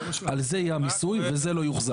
על זה יהיה המיסוי וזה לא יוחזר.